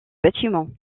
bâtiment